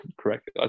correct